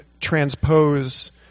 transpose